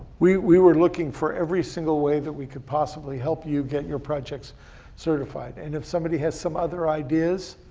we we were looking for every single way that we could possibly help you get your projects certified. and if somebody has some other ideas,